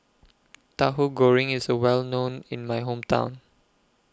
Tahu Goreng IS Well known in My Hometown